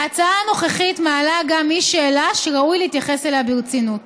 ההצעה הנוכחית מעלה גם היא שאלה שראוי להתייחס אליה ברצינות.